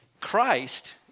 Christ